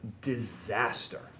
disaster